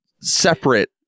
separate